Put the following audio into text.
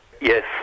Yes